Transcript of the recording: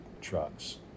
trucks